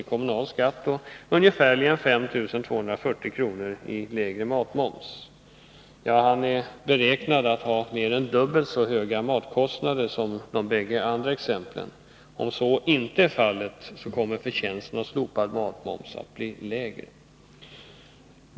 i kommunal skatt och ca 5 240 kr. i lägre matmoms. Han är beräknad att ha mer än dubbelt så höga matkostnader som de bägge andra exemplen. Om så inte blir fallet kommer förtjänsten av slopad matmoms att bli lägre.